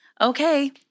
Okay